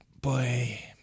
boy